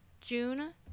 june